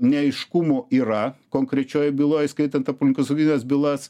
neaiškumų yra konkrečioj byloj įskaitant aplinkosaugines bylas